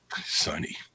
Sonny